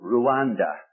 Rwanda